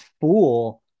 fool